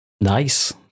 nice